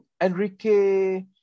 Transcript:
Enrique